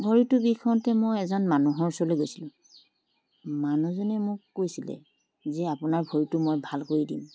ভৰিটো বিষ হওঁতে মই এজন মানুহৰ ওচৰলৈ গৈছিলোঁ মানুহজনে মোক কৈছিলে যে আপোনাৰ ভৰিটো মই ভাল কৰি দিম